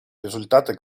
результаты